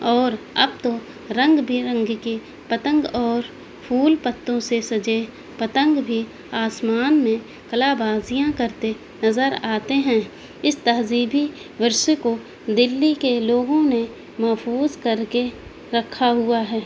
اور اب تو رنگ برنگ کے پتنگ اور پھول پتوں سے سجے پتنگ بھی آسمان میں قلا بازیاں کرتے نظر آتے ہیں اس تہذیبی ورثے کو دلی کے لوگوں نے محفوظ کر کے رکھا ہوا ہے